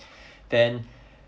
then